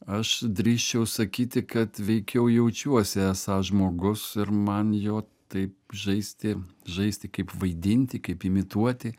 aš drįsčiau sakyti kad veikiau jaučiuosi esąs žmogus ir man jo taip žaisti žaisti kaip vaidinti kaip imituoti